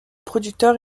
producteur